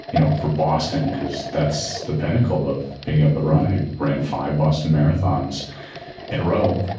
you know, for boston because that's the pinnacle of being able to run. i ran five boston marathons in a row.